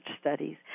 studies